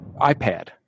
iPad